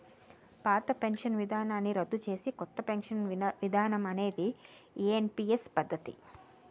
పాత పెన్షన్ విధానాన్ని రద్దు చేసి కొత్త పెన్షన్ విధానం అనేది ఎన్పీఎస్ పద్ధతి